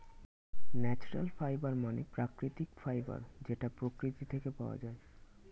natural fibre মানে প্রাকৃতিক fibre যেটা প্রকৃতি থেকে পাওয়া যায়